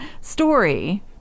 story